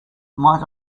might